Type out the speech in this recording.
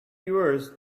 yours